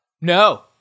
No